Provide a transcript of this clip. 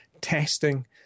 testing